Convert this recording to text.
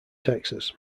texas